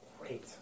great